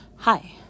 Hi